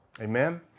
Amen